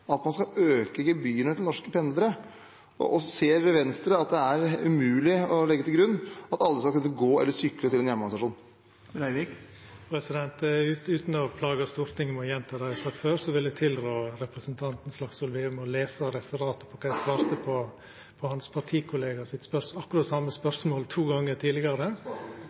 at man skal øke gebyrene til norske pendlere? Og ser Venstre at det er umulig å legge til grunn at alle skal kunne gå eller sykle til en jernbanestasjon? For ikkje å plaga Stortinget med å gjenta det eg har sagt før, vil eg tilrå representanten Slagsvold Vedum å lesa referatet og sjå kva eg svarte på hans partikollega sitt spørsmål, akkurat det same spørsmålet to gonger tidlegare.